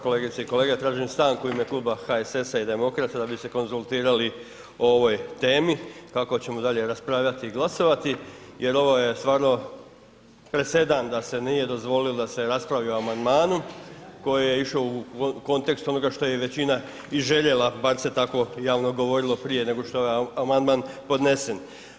Kolegice i kolege tražim stanku u ime Kluba HSS-a i Demokrata da bi se konzultirali o ovoj temi kako ćemo dalje raspravljati i glasovati jer ovo je stvarno presedan da se nije dozvolilo da se raspravlja o amandmanu koji je išao u kontekstu onoga što je i većina i željela bar se tako javno govorilo prije nego što je amandman podnesen.